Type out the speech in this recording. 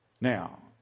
Now